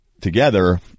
together